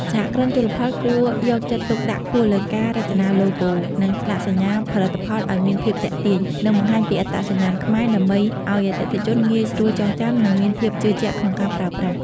សហគ្រិនជលផលគួរយកចិត្តទុកដាក់ខ្ពស់លើការរចនាឡូហ្គោ និងស្លាកសញ្ញាផលិតផលឱ្យមានភាពទាក់ទាញ និងបង្ហាញពីអត្តសញ្ញាណខ្មែរ ដើម្បីឱ្យអតិថិជនងាយស្រួលចងចាំ និងមានភាពជឿជាក់ក្នុងការប្រើប្រាស់។